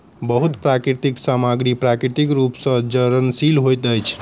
बहुत प्राकृतिक सामग्री प्राकृतिक रूप सॅ सड़नशील होइत अछि